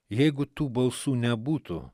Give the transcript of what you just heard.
jeigu tų balsų nebūtų